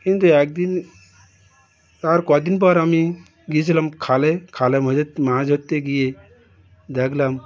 কিন্তু একদিন আর কদিন পর আমি গিয়েছিলাম খালে খালের মধ্যে মাছ ধরতে গিয়ে দেখলাম